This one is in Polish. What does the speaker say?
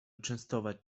częstować